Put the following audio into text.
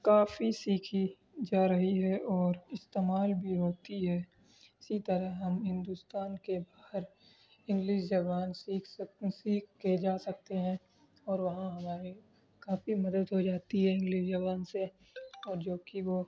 کافی سیکھی جا رہی ہے اور استعمال بھی ہوتی ہے اسی طرح ہم ہندوستان کے ہر انگلش زبان سیکھ سیکھ کے جا سکتے ہیں اور وہاں ہماری کافی مدد ہو جاتی ہے انگلش زبان سے اور جوکہ وہ